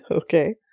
Okay